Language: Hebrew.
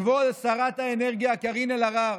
כבוד שרת האנרגיה קארין אלהרר,